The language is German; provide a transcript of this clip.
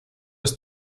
ist